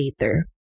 later